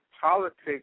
politics